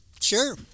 Sure